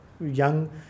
young